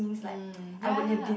mm ya